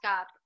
up